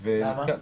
למה?